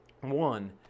one